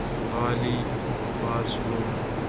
Bali Barcelona